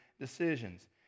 decisions